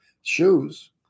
shoes